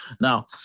Now